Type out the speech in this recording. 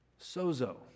sozo